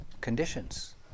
conditions